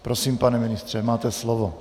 Prosím, pane ministře, máte slovo.